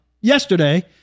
yesterday